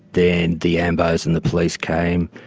then the ambos and the police came.